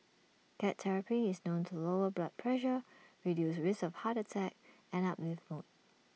cat therapy is known to lower blood pressure reduce risks of heart attack and uplift mood